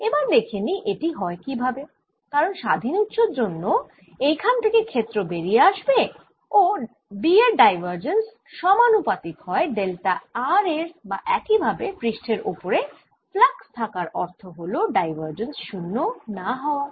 এবার দেখে নিই এটি হয় কি ভাবে কারণ স্বাধীন উৎসের জন্য এইখান থেকে ক্ষেত্র বেরিয়ে আসবে ও B এর ডাইভার্জেন্স সমানুপাতিক হল ডেল্টা r এর বা একই ভাবে পৃষ্ঠের ওপরে ফ্লাক্স থাকার অর্থ হল ডাইভার্জেন্স 0 না হওয়া